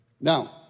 Now